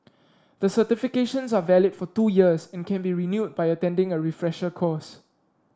the certifications are valid for two years and can be renewed by attending a refresher course